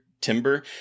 timber